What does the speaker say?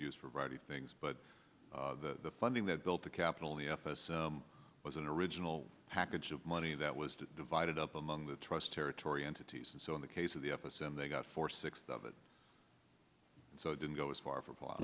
used for writing things but the funding that built the capital the office was an original package of money that was divided up among the trust territory entities and so in the case of the office and they got four sixth of it so it didn't go as far for p